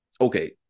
okay